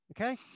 Okay